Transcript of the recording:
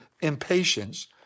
impatience